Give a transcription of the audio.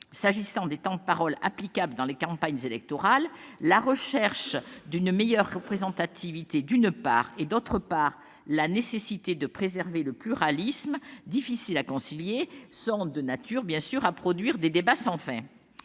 S'agissant des temps de parole applicables dans les campagnes électorales, la recherche d'une meilleure représentativité, d'une part, et, d'autre part, la nécessité de préserver le pluralisme, difficiles à concilier, sont de nature à produire des débats sans fin.